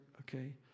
Okay